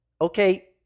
Okay